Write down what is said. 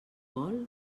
vol